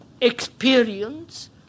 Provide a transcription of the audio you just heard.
experience